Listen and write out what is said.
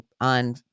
on